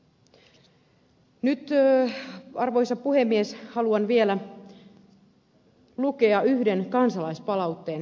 nyt arvoisa puhemies haluan vielä lukea yhden kansalaispalautteen jonka sain